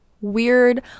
weird